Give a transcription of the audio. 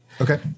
Okay